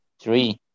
three